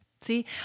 See